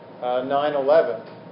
9-11